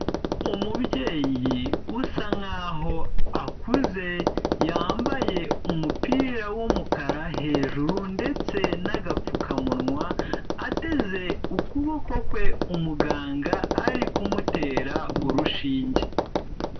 Umubyeyi usa nkaho akuze, yambaye umupira w'umukara hejuru ndetse n'agapfukamunwa, ateze ukuboko kwe umuganga ari kumutera urushinge.